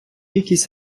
якісь